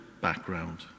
background